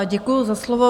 Děkuji za slovo.